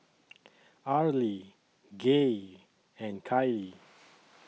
Arlie Gaye and Kylie